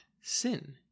sin